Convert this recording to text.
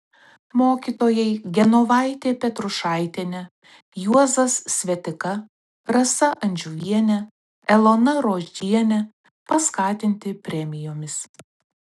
mokytojai genovaitė petrušaitienė juozas svetika rasa andžiuvienė elona rodžienė paskatinti premijomis